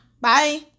Bye